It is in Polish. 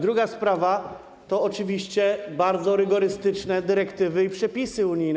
Druga sprawa to oczywiście bardzo rygorystyczne dyrektywy i przepisy unijne.